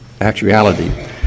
actuality